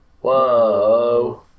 whoa